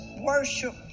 worship